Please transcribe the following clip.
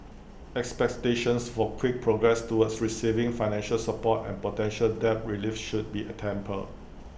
expectations for quick progress toward receiving financial support and potential debt relief should be A tempered